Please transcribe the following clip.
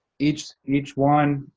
each each one,